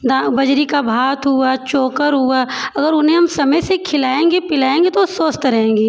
बजरी का भात हुआ चोकर हुआ अगर उन्हें हम समय से खिलाएंगे पिलाएंगे तो वो स्वस्थ रहेंगी